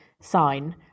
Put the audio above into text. sign